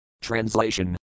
Translation